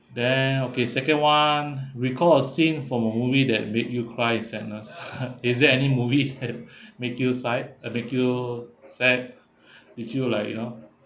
then okay second [one] recall a scene from a movie that made you cry in sadness is there any movie that make you sigh eh make you sad make you like you know